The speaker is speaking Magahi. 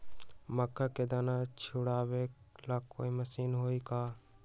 मक्का के दाना छुराबे ला कोई मशीन हई का?